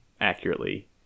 accurately